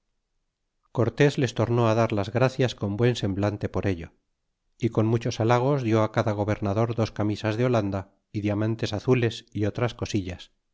cortés les tornó á dar las gracias con buen semblante por ello y con muchos halagos dió cada gobernador dos camisas de olanda y diamantes azules y otras cosillas